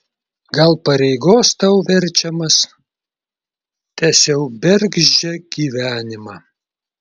gal pareigos tau verčiamas tęsiau bergždžią gyvenimą